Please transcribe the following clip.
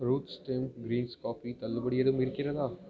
roots steam grease coffee தள்ளுபடி எதுவும் இருக்கிறதா